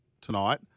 tonight